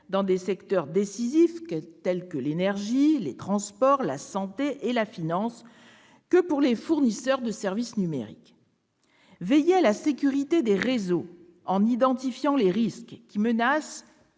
dans des secteurs décisifs tels que l'énergie, les transports, la santé et la finance, que pour les fournisseurs de services numériques. Veiller à la sécurité des réseaux en identifiant les risques et